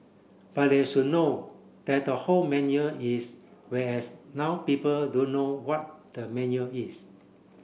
but they should know that the whole menu is whereas now people don't what the menu is